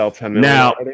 now